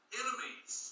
enemies